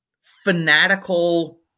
fanatical